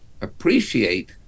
appreciate